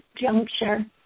juncture